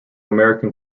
american